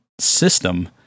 system